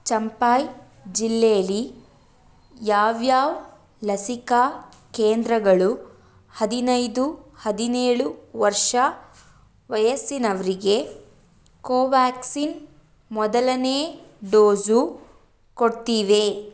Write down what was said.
ಚಂಪಾಯ್ ಜಿಲ್ಲೇಲ್ಲಿ ಯಾವ್ಯಾವ ಲಸಿಕಾ ಕೇಂದ್ರಗಳು ಹದಿನೈದು ಹದಿನೇಳು ವರ್ಷ ವಯಸ್ಸಿನವರಿಗೆ ಕೋವ್ಯಾಕ್ಸಿನ್ ಮೊದಲನೇ ಡೋಸು ಕೊಡ್ತಿವೆ